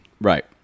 Right